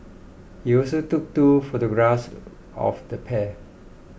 he also took two photographs of the pair